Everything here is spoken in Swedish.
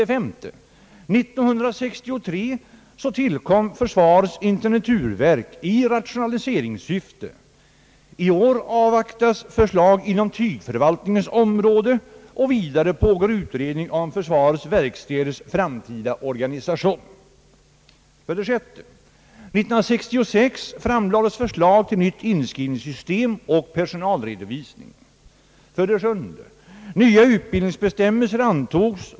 1963 tillkom försvarets intendenturverk i rationaliseringssyfte. I år avvaktas förslag inom tygförvaltningens område, vidare pågår utredning om försvarets verkstäders framtida organisation. 8.